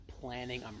planning